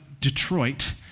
Detroit